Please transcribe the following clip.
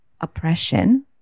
oppression